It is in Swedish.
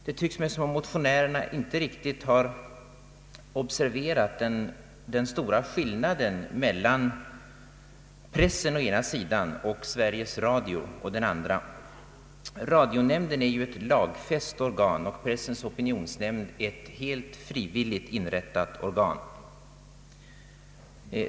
Det tycks mig som om motionärerna inte riktigt har observerat den stora skillnaden mellan pressen å ena sidan och Sveriges Radio å den andra. Radionämnden är ju ett lagfäst organ och Pressens opinionsnämnd ett helt frivilligt inrättat organ.